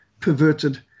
perverted